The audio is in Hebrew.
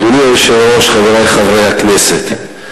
אדוני היושב-ראש, חברי חברי הכנסת,